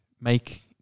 make